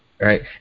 right